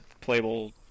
playable